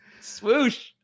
Swoosh